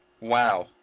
Wow